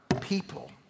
people